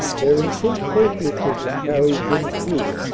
their intense patriotism carries them through.